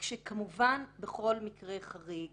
כמובן שבכל מקרה חריג